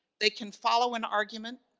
they can follow an argument,